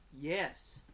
Yes